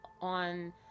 on